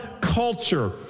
culture